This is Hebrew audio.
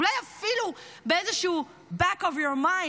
אולי אפילו באיזשהו back of your mind,